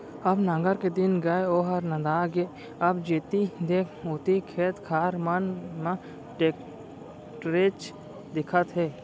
अब नांगर के दिन गय ओहर नंदा गे अब जेती देख ओती खेत खार मन म टेक्टरेच दिखत हे